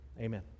amen